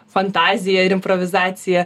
fantazija ir improvizacija